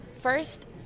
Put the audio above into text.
First